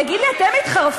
תגיד לי, אתם התחרפנתם?